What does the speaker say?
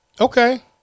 Okay